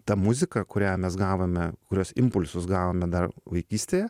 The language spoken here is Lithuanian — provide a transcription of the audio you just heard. ta muzika kurią mes gavome kurios impulsus gavome dar vaikystėje